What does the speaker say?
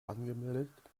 angemeldet